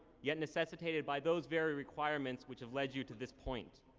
yet necessitated by those very requirements which have led you to this point.